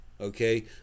okay